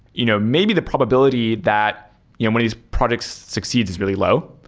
you know maybe the probability that yeah when these projects' succeeds is really low.